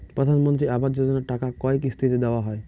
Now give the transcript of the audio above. প্রধানমন্ত্রী আবাস যোজনার টাকা কয় কিস্তিতে দেওয়া হয়?